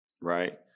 right